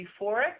euphoric